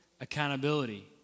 Accountability